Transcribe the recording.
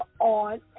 on